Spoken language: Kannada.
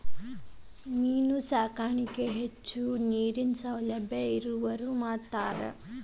ಮೇನು ಸಾಕಾಣಿಕೆನ ಹೆಚ್ಚು ನೇರಿನ ಸೌಲಬ್ಯಾ ಇರವ್ರ ಮಾಡ್ತಾರ